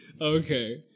Okay